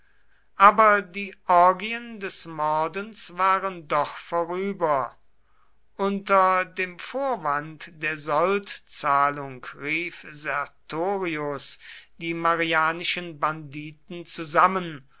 aber die orgien des mordens waren doch vorüber unter dem vorwand der soldzahlung rief sertorius die marianischen banditen zusammen